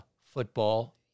football